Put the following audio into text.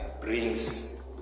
brings